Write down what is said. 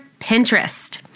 Pinterest